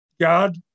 God